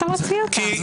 מותר לי לדבר?